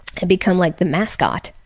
i'd become like the mascot.